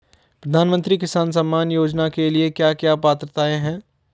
प्रधानमंत्री किसान सम्मान योजना के लिए क्या क्या पात्रताऐं हैं?